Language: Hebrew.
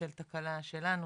בשל תקלה שלנו,